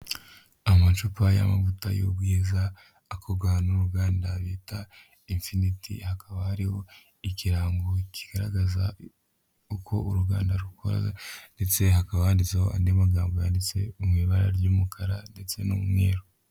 Amacupa y'amavuta y'ubwiza akorwa n'uruganda bita infiniti, hakaba hariho ikirango kigaragaza uko uruganda rukora ndetse hakaba handitseho andi magambo yanditse mu ibara ry'umukara ndetse n'umweruru.